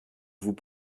vous